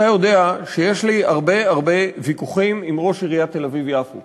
אתה יודע שיש לי הרבה הרבה ויכוחים עם ראש עיריית תל-אביב יפו